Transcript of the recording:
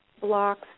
blocks